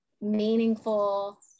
meaningful